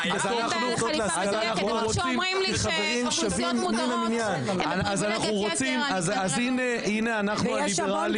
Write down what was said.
אבל כשאומרים לי שאוכלוסיות מודרות אז אנחנו --- יש המון